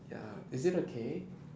ya is it okay